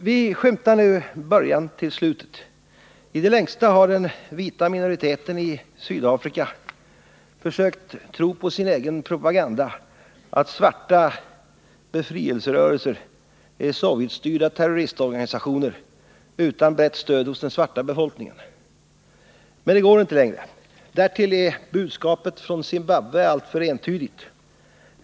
Vi skymtar nu början till slutet. I det längsta har den vita minoriteten i Sydafrika försökt tro på sin egen propaganda att svarta befrielserörelser är Sovjetstyrda terroristorganisationer utan brett stöd hos den svarta befolk 83 ningen. Men det går inte längre. Därtill är budskapet från Zimbabwe alltför entydigt.